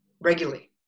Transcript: regularly